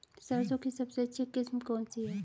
सरसों की सबसे अच्छी किस्म कौन सी है?